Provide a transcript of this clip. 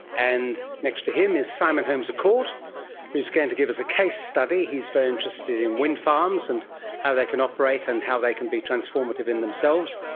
and next to him is simon holmes a court who is going to give us a case study. he is very interested in windfarms and how they can operate and how they can be transformative in themselves.